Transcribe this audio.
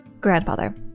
Grandfather